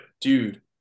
dude